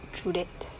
true that